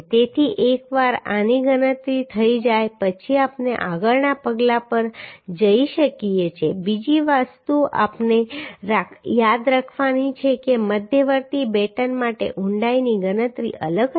તેથી એકવાર આની ગણતરી થઈ જાય પછી આપણે આગળના પગલા પર જઈ શકીએ છીએ બીજી વસ્તુ આપણે યાદ રાખવાની છે કે મધ્યવર્તી બેટન માટે ઊંડાઈની ગણતરી અલગ હશે